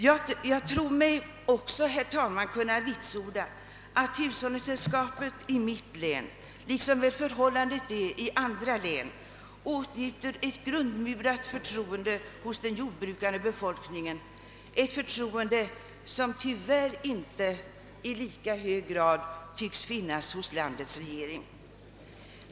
Jag tror mig också kunna vitsorda att hushållningssällskapet i mitt län — liksom väl förhållandet är i andra län — åtnjuter ett grundmurat förtroende hos den jordbrukande befolkningen, ett förtroende som tyvärr inte i lika hög grad tycks finnas hos landets regering.